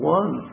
one